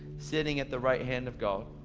sitting at the right hand of god.